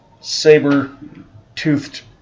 saber-toothed